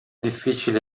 difficili